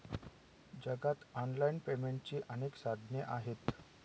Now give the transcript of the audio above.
जगात ऑनलाइन पेमेंटची अनेक साधने आहेत